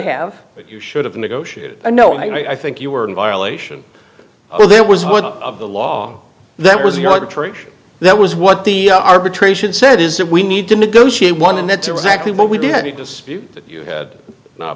have you should have negotiated a no i think you were in violation over there was one of the law that was the arbitration that was what the arbitration set is that we need to negotiate one and that's exactly what we did you dispute that you had no